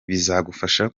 bizagufasha